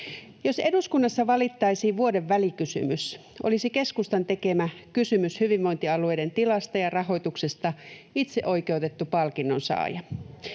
Jos eduskunnassa valittaisiin vuoden välikysymys, olisi keskustan tekemä kysymys hyvinvointialueiden tilasta ja rahoituksesta itseoikeutettu palkinnon saaja.